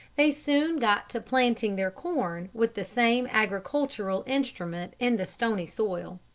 they soon got to planting their corn with the same agricultural instrument in the stony soil.